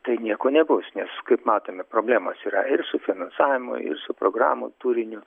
tai nieko nebus nes kaip matome problemos yra ir su finansavimu ir su programų turiniu